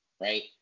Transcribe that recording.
right